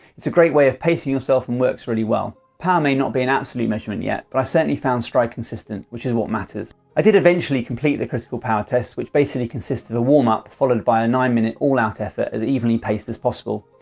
it's a great way of pacing yourself and works very well. power may not be an absolute measurement yet, but i certainly found stryd consistent, which is what matters. i did eventually complete the critical power test, which basically consists of a warm up followed by a nine minute all out effort as evenly paced as possible,